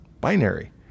binary